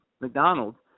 McDonald's